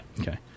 Okay